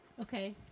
Okay